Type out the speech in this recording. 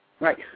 Right